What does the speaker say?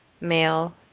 male